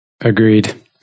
Agreed